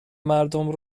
مردم